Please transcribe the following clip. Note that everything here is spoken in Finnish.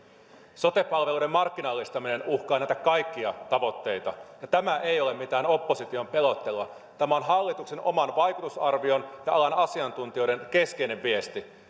sote palveluiden markkinallistaminen uhkaa näitä kaikkia tavoitteita ja tämä ei ole mitään opposition pelottelua tämä on hallituksen oman vaikutusarvion ja alan asiantuntijoiden keskeinen viesti